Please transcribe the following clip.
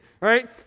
right